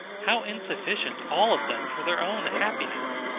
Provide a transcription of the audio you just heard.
how insufficient all of them for their own happiness!